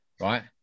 right